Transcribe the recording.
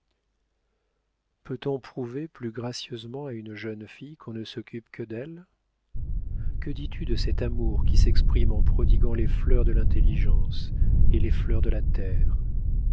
peut-on prouver plus gracieusement à une jeune fille qu'on ne s'occupe que d'elle que dis-tu de cet amour qui s'exprime en prodiguant les fleurs de l'intelligence et les fleurs de la terre